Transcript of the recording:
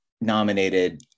nominated